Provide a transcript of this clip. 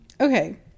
Okay